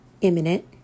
imminent